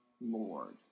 Lord